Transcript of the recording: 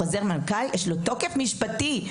לחוזר מנכ"ל יש תוקף משפטי.